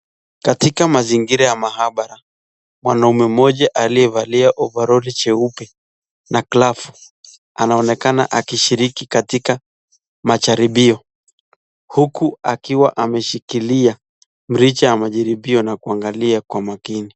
Katika mazingira ya maabara, mwanaume mmoja aliyevalia ovaroli jeupe na glavu anaonekana akishiriki katika majaribio huku akiwa ameshikilia mrija wa majaribio na kuangalia kwa makini.